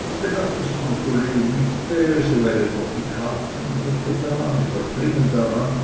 und wenn auch das mausoleum nicht wäre so wäre doch die karpfenbrücke da mit der klingel dran